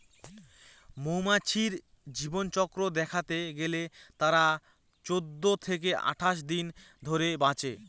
মৌমাছির জীবনচক্র দেখতে গেলে তারা চৌদ্দ থেকে আঠাশ দিন ধরে বাঁচে